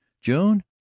june